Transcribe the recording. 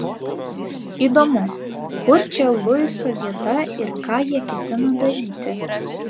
įdomu kur čia luiso vieta ir ką jie ketina daryti